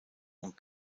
und